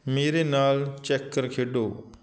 ਮੇਰੇ ਨਾਲ ਚੈਕਰ ਖੇਡੋ